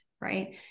Right